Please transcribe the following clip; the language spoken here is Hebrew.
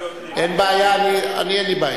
הסדר זה חל גם על המנהל הכללי של הרשות המקומית,